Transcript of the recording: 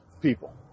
people